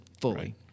fully